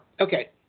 Okay